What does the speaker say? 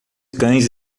cães